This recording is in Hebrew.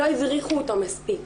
לא הדריכו אותו מספיק.